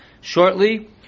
shortly